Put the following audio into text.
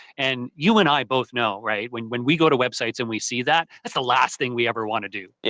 and you and i both know, when when we go to websites and we see that, that's the last thing we ever want to do. yeah